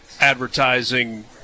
advertising